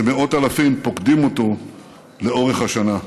שמאות אלפים פוקדים אותו לאורך השנה.